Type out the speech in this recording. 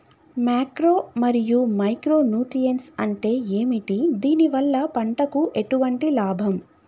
Macro మరియు micro nutrients అంటే ఏమిటి? దీనివల్ల పంటకు ఎటువంటి లాభం?